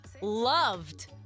loved